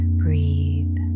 breathe